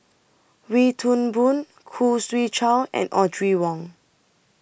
Wee Toon Boon Khoo Swee Chiow and Audrey Wong